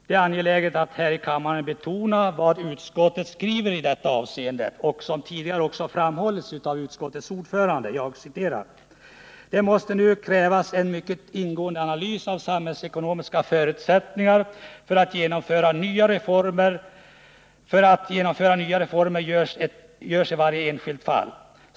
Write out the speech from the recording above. Det är viktigt att här i kammaren betona vad utskottet skriver i detta avseende — det har tidigare i debatten också framhållits av utskottets ordförande. Jag citerar från betänkandet: ”Det måste nu krävas att en mycket ingående analys av de samhällsekonomiska förutsättningarna för att genomföra nya reformer görs i varje enskilt fall.